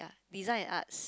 design and arts